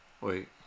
Wait